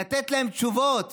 לתת להם תשובות.